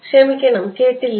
ക്ഷമിക്കണം കേട്ടില്ല